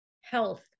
health